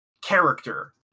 character